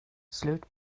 slut